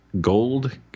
Gold